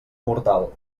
mortal